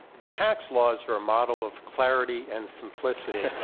the tax laws are a model of clarity and simplicity.